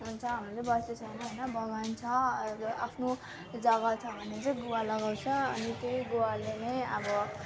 बगान छ आफ्नो जग्गा छ भने चाहिँ गुवा लगाउँछ अनि त्यही गुवाले नै अब